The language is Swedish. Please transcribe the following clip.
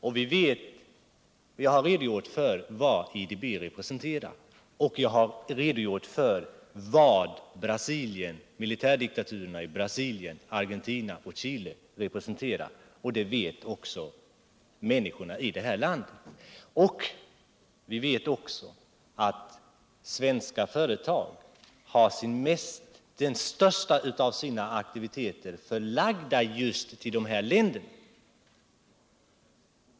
Jag har tidigare redogjort för vad IDB representerar liksom för vad militärdiktaturerna i Brasilien, Argentina och Chile representerar, och detta är också känt av människorna 1 det här landet. Vi vet också att svenska företag har den största delen av sina aktiviteter förlagda just till de här länderna.